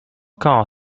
car